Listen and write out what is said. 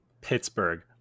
Pittsburgh